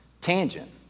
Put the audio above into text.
tangent